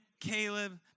Caleb